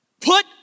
Put